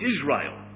Israel